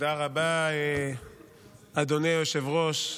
תודה רבה, אדוני היושב-ראש.